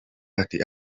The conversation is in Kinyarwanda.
ati